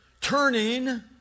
Turning